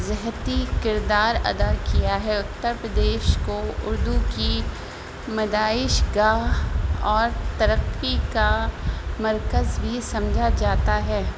جہتی کردار ادا کیا ہے اتر پردیش کو اردو کی پیدائش گاہ اور ترقی کا مرکز بھی سمجھا جاتا ہے